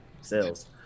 Sales